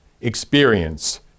experience